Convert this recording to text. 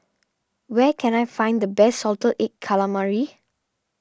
where can I find the best Salted Egg Calamari